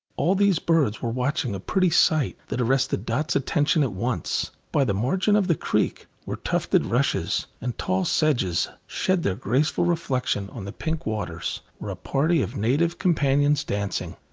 all these birds were watching a pretty sight that arrested dot's attention at once. by the margin of the creek, where tufted rushes and tall sedges shed their graceful reflection on the pink waters, were a party of native companions dancing.